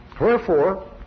Wherefore